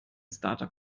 startup